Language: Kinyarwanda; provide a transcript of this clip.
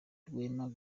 rwema